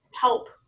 help